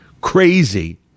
crazy